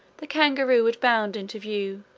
the kangaroo would bound into view,